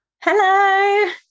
Hello